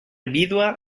vídua